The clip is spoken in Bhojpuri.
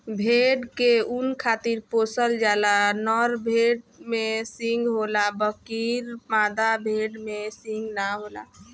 भेड़ के ऊँन खातिर पोसल जाला, नर भेड़ में सींग होला बकीर मादा भेड़ में सींग ना होला